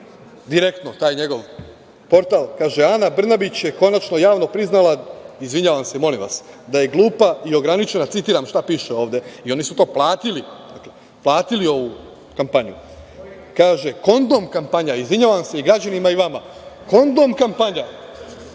„Direktno“, taj njegov portal, kaže: „Ana Brnabić je konačno javno priznala“ izvinjavam se, molim vas, „da je glupa i ograničena“, citiram šta piše ovde i oni su to platili, platili ovu kampanju. Kaže: „Kondom kampanja“, izvinjavam se i građanima i vama „kondom kampanja“